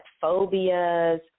phobias